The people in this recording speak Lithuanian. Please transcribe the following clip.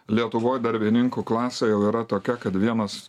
lietuvoj darbininkų klasė jau yra tokia kad vienas